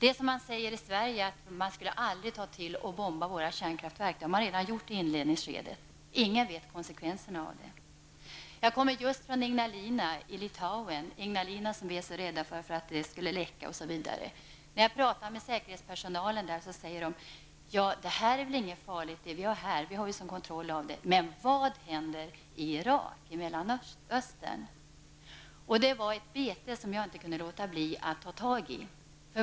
I Sverige sägs det att man aldrig skulle bomba våra kärnkraftverk -- men så har man gjort i inledningsskedet. Ingen vet konsekvenserna av det. Jag kommer just från Ignalina i Litauen. Vi är ju så rädda att Ignalina skulle läcka, osv. När jag talade med säkerhetspersonalen där, sade man: ''Det som vi har här är väl inget farligt, vi har ju sådan kontroll över det. Men vad händer i Irak, i Mellanöstern?'' Det var ett bete som jag inte kunde låta bli att ta tag i.